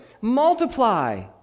Multiply